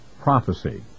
prophecy